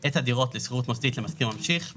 את הדירות לשכירות מוסדית למשכיר ממשיך,